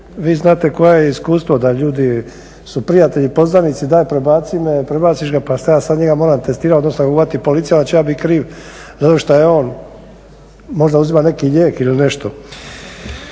Vi znate koje je iskustvo da ljudi su prijatelji, poznanici, daj prebaci me. Prebaciš ga, pa šta ja sad njega moram testirat, odnosno ako ga uhvati policija hoću li ja bit kriv zato što je on možda uzima neki lijek ili nešto.